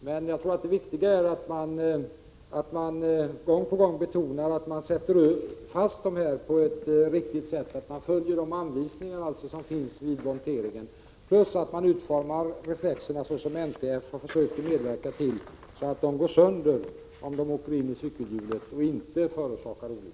Men jag tror att det viktiga är att man gång på gång betonar att reflexerna sätts fast på ett riktigt sätt och att man följer anvisningarna vid monteringen samt att man utformar reflexerna på det sätt som NTF har rekommenderat, så att de går sönder om de åker in i cykelhjulet och inte förorsakar olyckor.